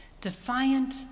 defiant